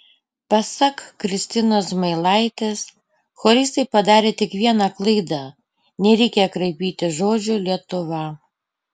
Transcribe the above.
pasak kristinos zmailaitės choristai padarė tik vieną klaidą nereikia kraipyti žodžio lietuva